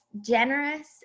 generous